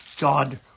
God